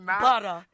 butter